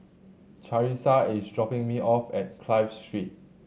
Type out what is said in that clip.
Charissa is dropping me off at Clive Street